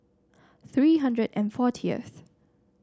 three hundred and fortieth